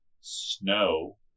Snow